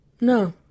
No